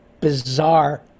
bizarre